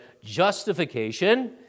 justification